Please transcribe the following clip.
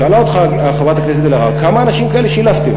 שאלה אותך חברת הכנסת אלהרר כמה אנשים כאלה שילבתם.